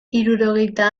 hirurogeita